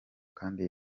kandi